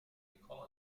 nicole